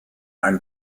ein